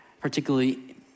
particularly